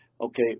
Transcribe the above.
okay